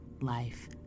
Life